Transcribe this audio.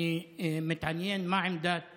אני מתעניין מה עמדת